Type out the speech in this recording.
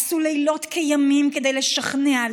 עשו לילות כימים כדי לשכנע,